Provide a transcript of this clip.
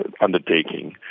undertaking